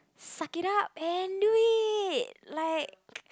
suck it up and do it like